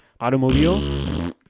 automobile